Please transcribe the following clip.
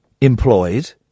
employed